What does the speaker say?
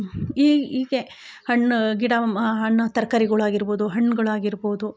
ಈ ಈಕೆ ಹಣ್ಣು ಗಿಡ ಮ ಹಣ್ಣು ತರಕಾರಿಗಳು ಆಗಿರ್ಬೋದು ಹಣ್ಣುಗಳಾಗಿರ್ಬೋದು